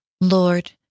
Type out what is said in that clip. Lord